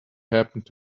happened